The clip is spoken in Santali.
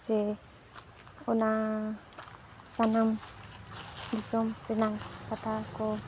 ᱪᱮ ᱚᱱᱟ ᱥᱟᱱᱟᱢ ᱫᱤᱥᱚᱢ ᱨᱮᱱᱟᱜ ᱠᱟᱛᱷᱟ ᱠᱚ